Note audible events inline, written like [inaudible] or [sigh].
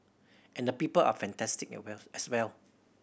and the people are fantastic [unintelligible] well as well